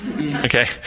Okay